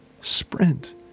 sprint